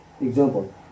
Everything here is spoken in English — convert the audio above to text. Example